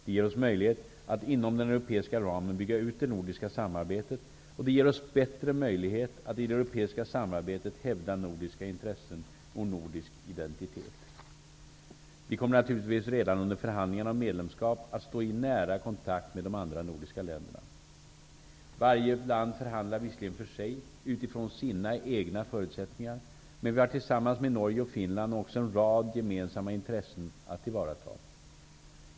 Det ger oss möjlighet att inom den europeiska ramen bygga ut det nordiska samarbetet, och det ger oss bättre möjlighet att i det europeiska samarbetet hävda nordiska intressen och nordisk identitet. Vi kommer naturligtvis redan under förhandlingarna om medlemskap att stå i nära kontakt med de andra nordiska länderna. Varje land förhandlar visserligen för sig utifrån sina egna förutsättningar, men vi har tillsammans med Norge och Finland också en rad gemensamma intressen att tillvarata.